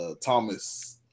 Thomas